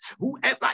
whoever